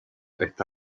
está